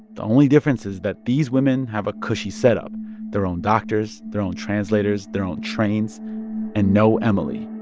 the only difference is that these women have a cushy setup their own doctors, their own translators, their own trains and no emily